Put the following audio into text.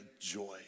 joy